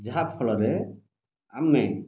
ଯାହାଫଳରେ ଆମେ